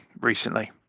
recently